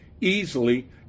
easily